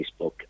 facebook